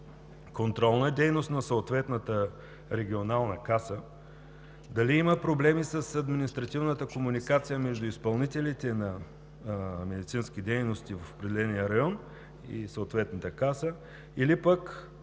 контролна дейност на съответната регионална каса, дали има проблеми с административната комуникация между изпълнителите на медицински дейности в определения район и съответната каса, или пък